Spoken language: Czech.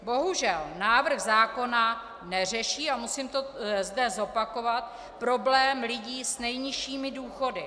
Bohužel návrh zákona neřeší a musím to zde zopakovat problém lidí s nejnižšími důchody.